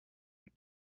your